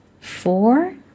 four